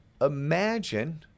Imagine